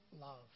love